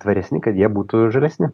tvaresni kad jie būtų žalesni